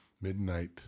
Midnight